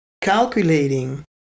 calculating